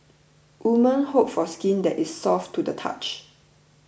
women hope for skin that is soft to the touch